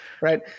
right